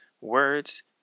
words